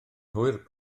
hwyr